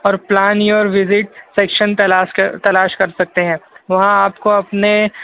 اور plan your visit section تلاش کر تلاش کر سکتے ہیں وہاں آپ کو اپنے